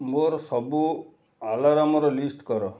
ମୋର ସବୁ ଆଲାରାମ୍ର ଲିଷ୍ଟ୍ କର